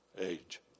age